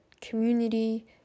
community